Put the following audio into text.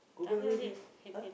go back